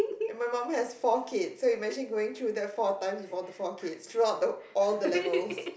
and my mummy has four kids so imagine going through that four times with all the four kids throughout the all the levels